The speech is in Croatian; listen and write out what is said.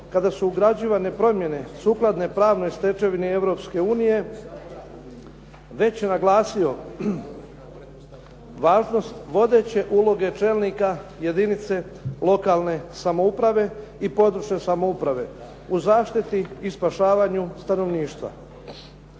kada su ugrađivane promjene sukladno pravnoj stečevini Europske unije već naglasio važnost vodeće uloge čelnika jedinice lokalne samouprave i područne samouprave u zaštiti i spašavanju stanovništva.